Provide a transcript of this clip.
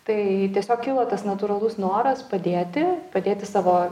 tai tiesiog kilo tas natūralus noras padėti padėti savo